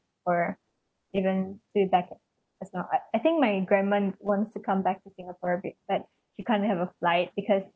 or even two times it's not like I think my grandma wants to come back to singapore be~ but she can't have a flight because